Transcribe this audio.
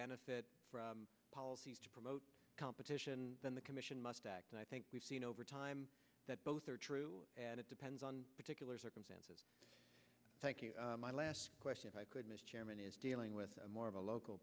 benefit from policies to promote competition then the commission must act and i think we've seen over time that both are true and it depends on particular circumstances take my last question if i could mr chairman is dealing with more of a local